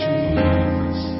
Jesus